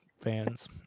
fans